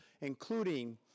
including